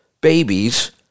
babies